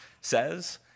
says